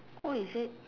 oh is it